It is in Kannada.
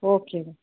ಓಕೆ ರೀ